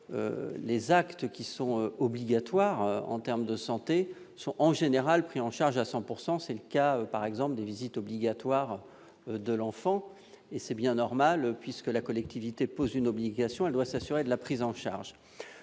Les actes obligatoires, en matière de santé, sont en général pris en charge à 100 %; c'est le cas, par exemple, des visites médicales obligatoires de l'enfant. C'est bien normal : puisque la collectivité pose une obligation, elle doit assurer sa prise en charge.